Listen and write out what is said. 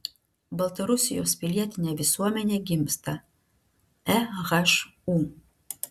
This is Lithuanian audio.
baltarusijos pilietinė visuomenė gimsta ehu